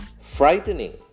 frightening